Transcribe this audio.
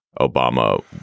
Obama